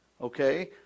okay